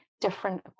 different